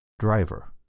Driver